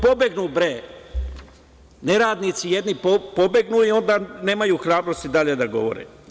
Pobegnu bre, neradnici jedni pobegnu i onda nemaju hrabrosti dalje da govore.